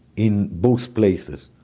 in both places.